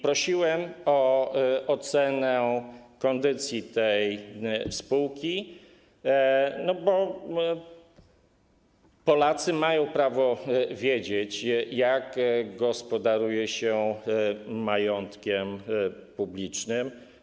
Prosiłem o ocenę kondycji tej spółki, bo Polacy mają prawo wiedzieć, jak gospodaruje się majątkiem publicznym.